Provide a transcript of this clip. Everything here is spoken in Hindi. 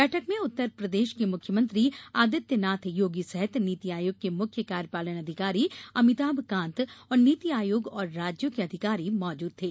बैठक में उत्तर प्रदेश के मुख्यमंत्री आदित्यनाथ योगी सहित नीति आयोग के मुख्य कार्यपालन अधिकारी अभिताभ कांत और नीति आयोग और राज्यों के अधिकारी मौजूद थे